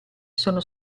sono